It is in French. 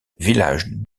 village